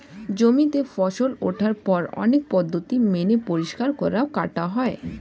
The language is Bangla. জমিতে ফসল ওঠার পর অনেক পদ্ধতি মেনে পরিষ্কার করা, কাটা হয়